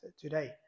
today